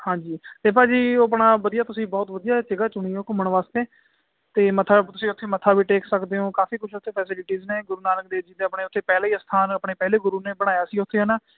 ਹਾਂਜੀ ਅਤੇ ਭਾਜੀ ਆਪਣਾ ਵਧੀਆ ਤੁਸੀਂ ਬਹੁਤ ਵਧੀਆ ਸੀਗਾ ਤੁਹਾਨੂੰ ਘੁੰਮਣ ਵਾਸਤੇ ਅਤੇ ਮੱਥਾ ਤੁਸੀਂ ਉੱਥੇ ਮੱਥਾ ਵੀ ਟੇਕ ਸਕਦੇ ਓ ਕਾਫ਼ੀ ਕੁਛ ਉੱਥੇ ਫੈਸਲਟੀਜ ਨੇ ਗੁਰੂ ਨਾਨਕ ਦੇਵ ਜੀ ਦਾ ਬਣਿਆ ਉੱਥੇ ਪਹਿਲਾ ਹੀ ਅਸਥਾਨ ਆਪਣੇ ਪਹਿਲੇ ਗੁਰੂ ਨੇ ਬਣਾਇਆ ਸੀ ਉੱਥੇ ਹੈ ਨਾ